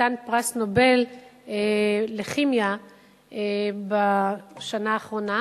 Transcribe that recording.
חתן פרס נובל לכימיה בשנה האחרונה,